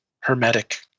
hermetic